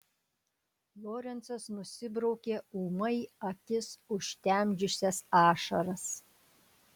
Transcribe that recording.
lorencas nusibraukė ūmai akis užtemdžiusias ašaras